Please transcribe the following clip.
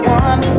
one